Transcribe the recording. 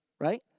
right